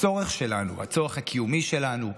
הצורך שלנו, הצורך הקיומי שלנו,